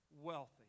wealthy